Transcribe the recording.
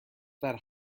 that